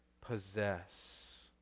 possess